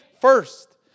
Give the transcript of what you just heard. first